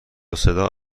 صدا